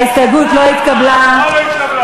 ההסתייגות של קבוצת סיעת חד"ש לסעיף 59(1) לא נתקבלה.